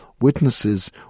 witnesses